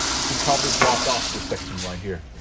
you should probably block off this section right here.